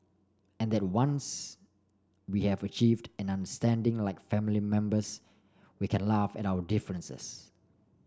and that once we have achieved an understanding like family members we can laugh at our differences